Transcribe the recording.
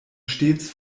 stets